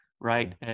Right